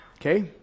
Okay